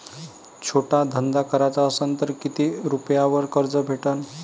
छोटा धंदा कराचा असन तर किती रुप्यावर कर्ज भेटन?